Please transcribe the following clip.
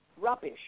rubbish